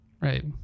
Right